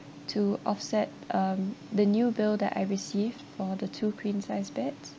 to offset um the new bill that I received for the two queen size beds